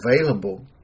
available